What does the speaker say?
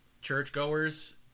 churchgoers